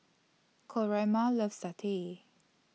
Coraima loves Satay